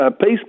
peace